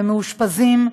ומאושפזים,